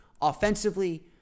Offensively